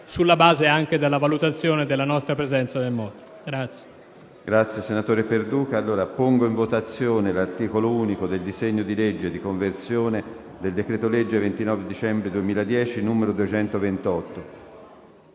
sulla base anche della valutazione della nostra presenza nel mondo.